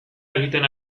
egiten